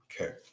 Okay